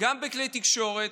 גם בכלי התקשורת,